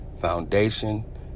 foundation